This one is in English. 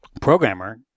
programmer